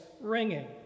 ringing